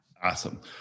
Awesome